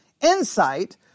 insight